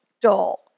dull